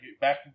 back